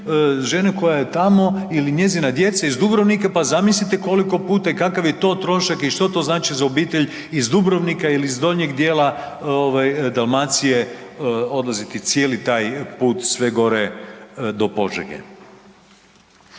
žene koja je tamo ili njezina djeca iz Dubrovnika, pa zamislite koliko puta i kakav je to trošak i što to znači za obitelj iz Dubrovnika ili iz donjeg dijela ovaj Dalmacije odlaziti cijeli taj put sve gore do Požege.